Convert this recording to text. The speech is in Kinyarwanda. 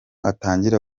atangira